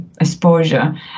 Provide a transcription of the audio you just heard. exposure